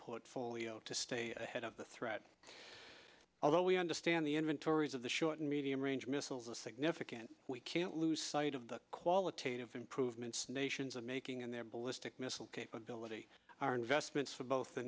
portfolio to stay ahead of the threat although we understand the inventories of the short and medium range missiles a significant we can't lose sight of the qualitative improvements nations are making in their ballistic missile ability our investments for both the